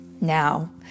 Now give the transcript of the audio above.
Now